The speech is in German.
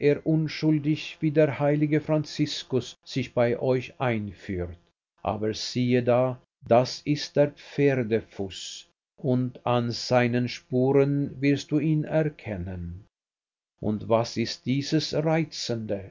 er unschuldig wie der heilige franziskus sich bei euch einführt aber siehe da das ist der pferdefuß und an seinen spuren wirst du ihn erkennen und was ist dieses reizende